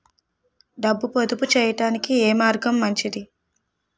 డబ్బు పొదుపు చేయటానికి ఏ మార్గం మంచిది?